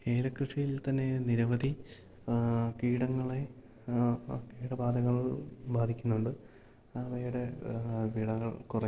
ഏല കൃഷിയിൽ തന്നെ നിരവധി കീടങ്ങളെ കീടബാധകൾ ബാധിക്കുന്നുണ്ട് അവയുടെ വിളകൾ കുറയ്ക്കാനും